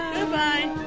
Goodbye